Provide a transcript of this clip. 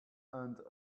and